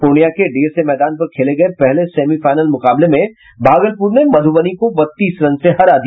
प्रर्णिया के डीएसए मैदान पर खेले गये पहले सेमीफाइनल मुकाबले में भागलपुर ने मधुबनी को बत्तीस रन से हरा दिया